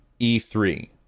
E3